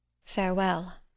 Farewell